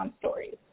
Stories